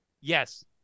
Yes